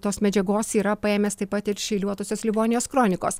ne tos medžiagos yra paėmęs taip pat ir iš eiliuotosios livonijos kronikos